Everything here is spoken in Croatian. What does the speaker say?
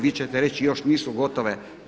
Vi ćete reći: Još nisu gotove.